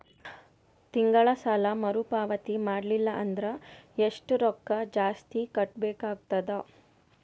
ತಿಂಗಳ ಸಾಲಾ ಮರು ಪಾವತಿ ಮಾಡಲಿಲ್ಲ ಅಂದರ ಎಷ್ಟ ರೊಕ್ಕ ಜಾಸ್ತಿ ಕಟ್ಟಬೇಕಾಗತದ?